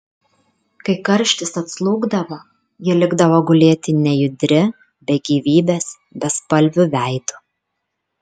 kai karštis atslūgdavo ji likdavo gulėti nejudri be gyvybės bespalviu veidu